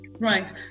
Right